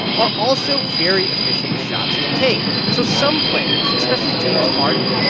are also very efficient shots to take. so some players, especially james harden,